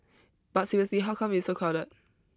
but seriously how come it's so crowded